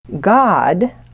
God